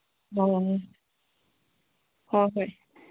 ꯑꯣ ꯍꯣꯏ ꯍꯣꯏ